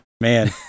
man